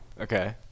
Okay